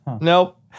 Nope